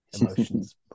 emotions